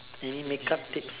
any make up tips